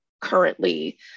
currently